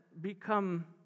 become